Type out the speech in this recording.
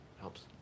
Helps